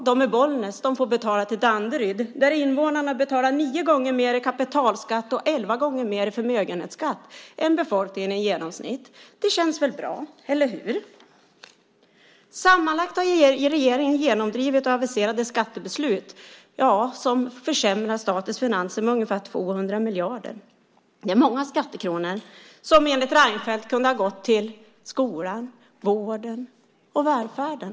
De i Bollnäs får betala till Danderyd där invånarna betalar nio gånger mer i kapitalskatt och elva gånger mer i förmögenhetsskatt än befolkningen i genomsnitt. Det känns väl bra, eller hur? Sammanlagt har regeringen genomdrivit och aviserat skattebeslut som försämrar statens finanser med ungefär 200 miljarder. Det är många skattekronor som enligt Reinfeldt kunde ha gått till skolan, vården och välfärden.